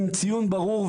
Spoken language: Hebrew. עם ציון ברור,